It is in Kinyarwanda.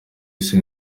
isi